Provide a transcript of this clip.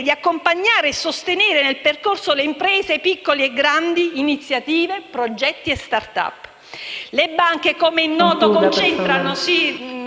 di accompagnare e sostenere nel percorso imprese, piccole e grandi, iniziative, progetti e *start-up*. Le banche, come noto, concentrano